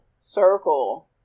circle